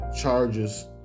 charges